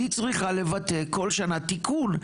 היא צריכה לבטא כל שנה תיקון,